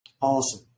Awesome